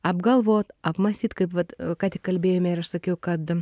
apgalvot apmąstyt kaip vat ką tik kalbėjome ir aš sakiau kad